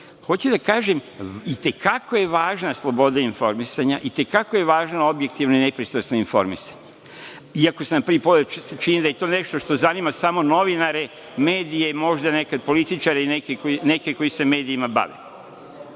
da kažem, i te kako je važna sloboda informisanja, i te kako važno objektivno i nepristrasno informisanje, i ako se na prvi pogled čini da je to nešto što zanima samo novinare, medije i možda neke političare i neke koji se medijima bave.